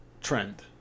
trend